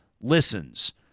listens